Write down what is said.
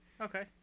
Okay